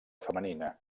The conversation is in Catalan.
femenina